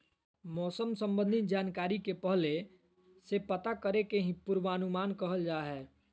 मौसम संबंधी जानकारी के पहले से पता करे के ही पूर्वानुमान कहल जा हय